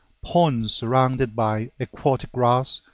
ponds surrounded by aquatic grass,